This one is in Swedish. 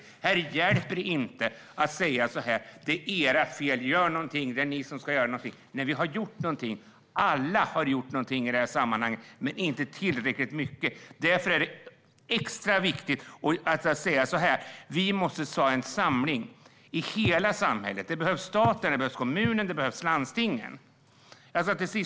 Det hjälper inte att säga: Det är ert fel; ni måste göra något. Alla har gjort något i detta sammanhang, men ingen har gjort tillräckligt mycket. Därför är det extra viktigt att vi samlas från hela samhället, stat, kommuner och landsting.